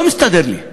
לא מסתדר לי.